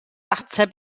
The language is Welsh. ateb